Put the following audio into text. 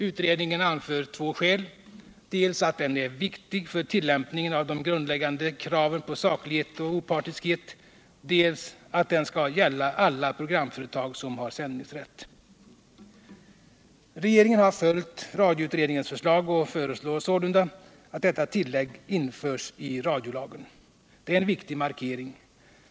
Utredningen anför två skäl: dels att den är viktig för tillämpningen av de grundläggande kraven på saklighet och opartiskhet, dels att den skall gälla alla programföretag som har sändningsrätt. Regeringen har följt radioutredningens förslag och föreslår sålunda att detta tillägg införs i radiolagen. Det är en viktig markering.